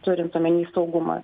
turint omeny saugumą